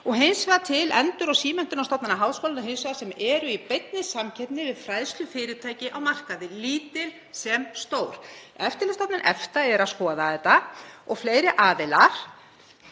og hins vegar til endur- og símenntunarstofnana háskólanna hins vegar sem eru í beinni samkeppni við fræðslufyrirtæki á markaði, lítil sem stór. Eftirlitsstofnun EFTA er að skoða þetta og fleiri aðilar.